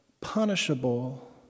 punishable